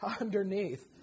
underneath